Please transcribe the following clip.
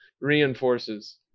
Reinforces